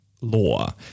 law